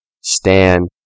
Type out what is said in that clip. Stand